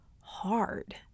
hard